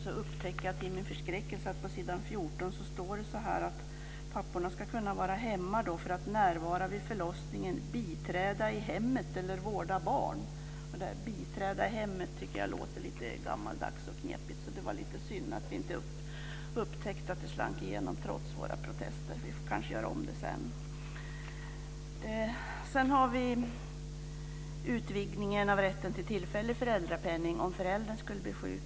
Så upptäckte jag till min förskräckelse att det på s. 14 står att papporna ska kunna vara hemma "för att närvara vid förlossningen, biträda i hemmet eller vårda barn". Att "biträda i hemmet" låter lite gammaldags och knepigt, så det vara lite synd att vi inte upptäckte att det slank igenom trots våra protester. Vi kanske kan göra om det senare. Sedan är det utvidgning av rätten till tillfällig föräldrapenning om föräldern skulle bli sjuk.